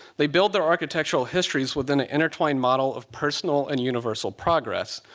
they build their architectural histories within an intertwined model of personal and universal progress.